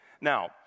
Now